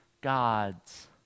God's